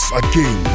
again